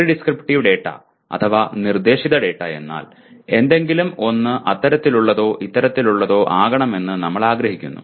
prescriptive data അഥവാ നിർദ്ദേശിത data എന്നാൽ എന്തെങ്കിലും ഒന്ന് അത്തരത്തിലുള്ളതോ ഇത്തരത്തിലുള്ളതോ ആകണമെന്ന് നമ്മൾ ആഗ്രഹിക്കുന്നു